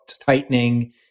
tightening